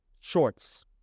shorts